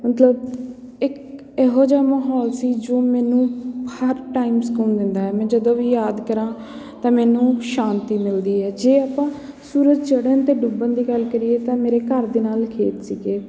ਮਤਲਬ ਇੱਕ ਇਹੋ ਜਿਹਾ ਮਾਹੌਲ ਸੀ ਜੋ ਮੈਨੂੰ ਹਰ ਟਾਈਮ ਸਕੂਨ ਦਿੰਦਾ ਹੈ ਮੈਂ ਜਦੋਂ ਵੀ ਯਾਦ ਕਰਾਂ ਤਾਂ ਮੈਨੂੰ ਸ਼ਾਂਤੀ ਮਿਲਦੀ ਹੈ ਜੇ ਆਪਾਂ ਸੂਰਜ ਚੜ੍ਹਨ ਅਤੇ ਡੁੱਬਣ ਦੀ ਗੱਲ ਕਰੀਏ ਤਾਂ ਮੇਰੇ ਘਰ ਦੇ ਨਾਲ ਖੇਤ ਸੀਗੇ